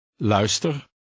Luister